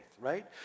right